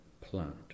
plant